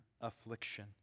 affliction